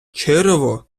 черево